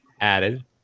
added